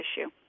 issue